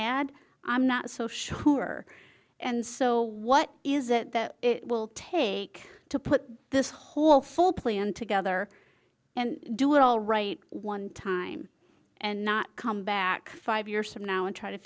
add i'm not so sure and so what is it that it will take to put this whole full plan together and do it all right one time and not come back five years from now and try to